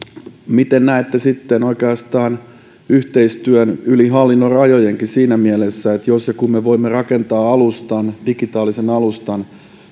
miten sitten oikeastaan näette yhteistyön yli hallinnonrajojen siinä mielessä jos ja kun me voimme rakentaa digitaalisen alustan